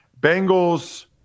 Bengals